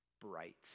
bright